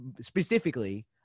specifically